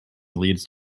leads